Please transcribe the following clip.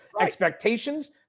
expectations